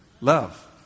love